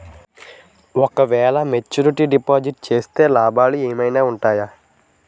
ఓ క వేల maturity deposit చేస్తే లాభాలు ఏమైనా ఉంటాయా?